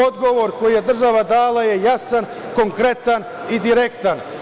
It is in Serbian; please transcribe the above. Odgovor koji je država dala je jasan, konkretan i direktan.